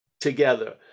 together